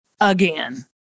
again